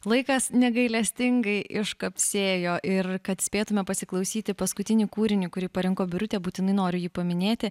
laikas negailestingai iškapsėjo ir kad spėtume pasiklausyti paskutinį kūrinį kurį parinko birutė būtinai noriu jį paminėti